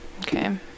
Okay